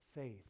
faith